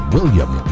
William